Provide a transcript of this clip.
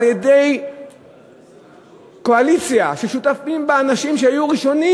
על-ידי קואליציה ששותפים בה אנשים שהם הראשונים